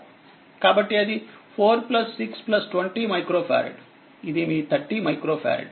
కాబట్టిఅది4 6 20 micro ఫారెడ్ఇదిమీ30 micro farad